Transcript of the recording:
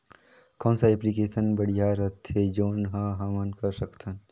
कौन सा एप्लिकेशन बढ़िया रथे जोन ल हमन कर सकथन?